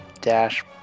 dash